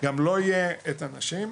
גם לא יהיו את האנשים.